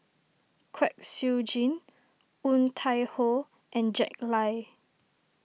Kwek Siew Jin Woon Tai Ho and Jack Lai